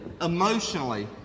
emotionally